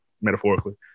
metaphorically